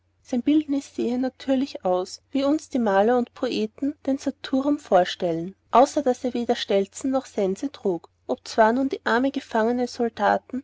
sein bildnus sahe natürlich aus wie uns die maler und poeten den saturnum vorstellen außer daß er weder stelzen noch sense trug obzwar nun die arme gefangene